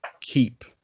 keep